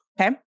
Okay